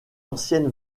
ancienne